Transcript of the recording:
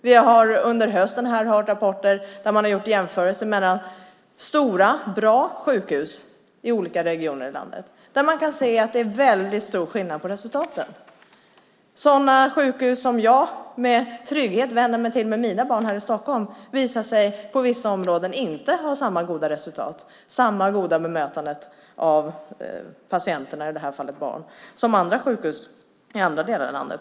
Vi har under hösten hört rapporter om att man har gjort jämförelser mellan stora bra sjukhus i olika regioner i landet. Man kan se att det är väldigt stor skillnad på resultaten. Sådana sjukhus som jag med trygghet vänder mig till med mina barn här i Stockholm visar sig på vissa områden inte ha samma goda resultat och samma goda bemötande av patienterna, i det här fallet barn, som andra sjukhus i andra delar av landet.